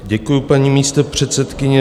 Děkuju, paní místopředsedkyně.